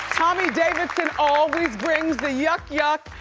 tommy davidson always brings the yuck-yuck,